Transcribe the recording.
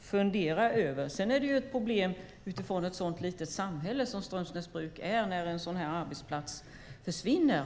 fundera över. När en sådan här arbetsplats försvinner är det också ett problem med tanke på det lilla samhälle som Strömsnäsbruk är.